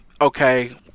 Okay